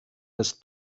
das